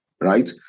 right